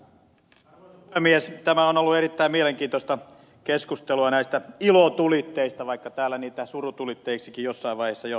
tämä on ollut erittäin mielenkiintoista keskustelua näistä ilotulitteista vaikka täällä niitä surutulitteiksikin jossain vaiheessa jo mainittiin